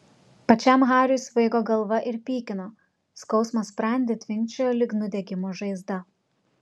pačiam hariui svaigo galva ir pykino skausmas sprande tvinkčiojo lyg nudegimo žaizda